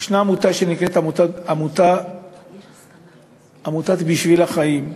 יש עמותה שנקראת "בשביל החיים",